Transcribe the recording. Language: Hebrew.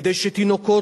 כדי שתינוקות,